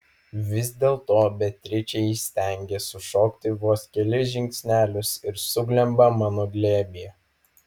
vis dėlto beatričė įstengia sušokti vos kelis žingsnelius ir suglemba mano glėbyje